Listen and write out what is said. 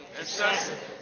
Excessive